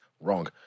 Wrong